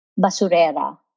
basurera